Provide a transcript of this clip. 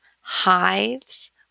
hives